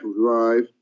drive